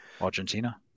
Argentina